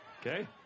Okay